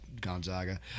Gonzaga